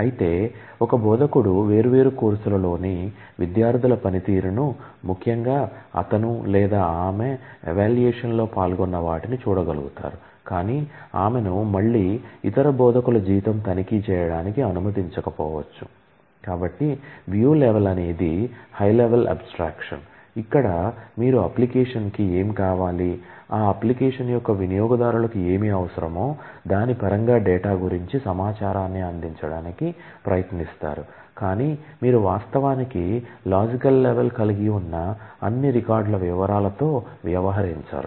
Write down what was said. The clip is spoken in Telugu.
అయితే ఒక బోధకుడు వేర్వేరు కోర్సులలోని విద్యార్థుల పనితీరును ముఖ్యంగా అతను లేదా ఆమె ఎవాల్యూయేషన్ కలిగి ఉన్న అన్ని రికార్డుల వివరాలతో వ్యవహరించరు